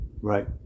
right